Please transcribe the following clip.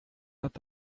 not